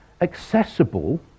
accessible